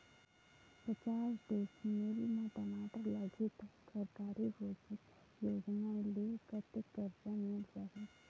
पचास डिसमिल मा टमाटर लगही त सरकारी योजना ले कतेक कर्जा मिल सकथे?